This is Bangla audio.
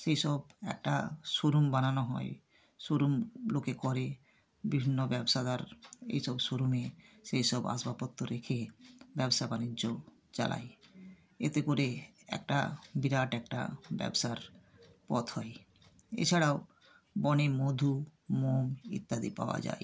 সেইসব একটা শোরুম বানানো হয় শোরুম লোকে করে বিভিন্ন ব্যবসাদার এই সব শোরুমে সেইসব আসবাবপত্র রেখে ব্যবসা বাণিজ্য চালায় এতে করে একটা বিরাট একটা ব্যবসার পথ হয় এছাড়াও বনে মধু মোম ইত্যাদি পাওয়া যায়